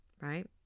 right